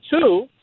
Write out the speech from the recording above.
two